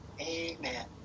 Amen